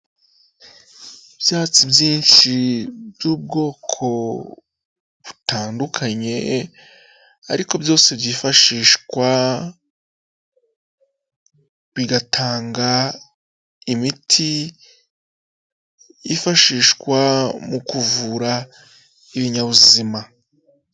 Ibyatsi byinshi by'ubwoko butandukanye ariko byose byifashishwa, bigatanga imiti yifashishwa mu kuvura ibinyabuzima.